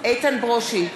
איתן ברושי,